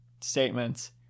statements